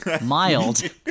mild